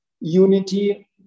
unity